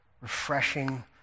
refreshing